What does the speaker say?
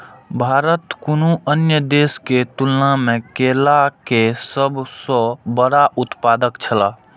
भारत कुनू अन्य देश के तुलना में केला के सब सॉ बड़ा उत्पादक छला